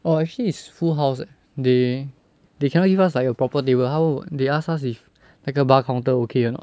orh actually is full house leh they they cannot give us like a proper table 他问我 they asked us if 那个 bar counter okay or not